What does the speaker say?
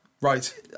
Right